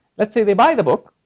let's say they buy the book,